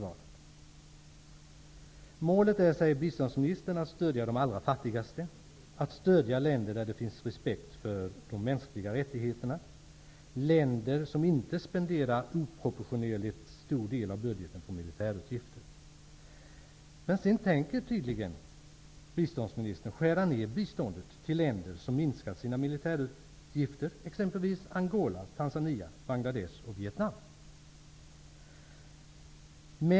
Biståndsministern säger att målet är att stödja de allra fattigaste, att stödja länder där det finns respekt för de mänskliga rättigheterna och länder som inte spenderar oproportioneligt stor del av budgeten på militärutgifter. Sedan tänker tydligen biståndsministern skära ner biståndet till länder som minskat sina militärutgifter, t.ex. Angola, Tanzania, Bangladesh och Vietnam.